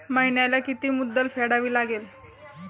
महिन्याला किती मुद्दल फेडावी लागेल?